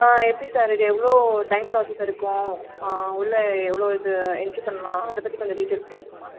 ஆ எப்படி சார் இது எவ்வளோ டைம் ப்ராசஸ் எடுக்கும் உள்ளே எவ்வளோ இது என்ட்ரி பண்ணலாம் அதை பற்றி கொஞ்சம் டீடைல்ஸ் கிடைக்குமா